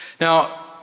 Now